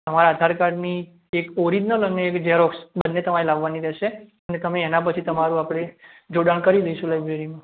તમારે આધાર કાર્ડની એક ઓરીજીનલ અને એક ઝેરોક્ષ બંને તમારે લાવવાની રહેશે અને તમે એના પછી તમારું આપણે જોડાણ કરી દઈશું લાયબ્રેરીમાં